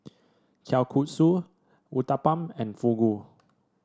Kalguksu Uthapam and Fugu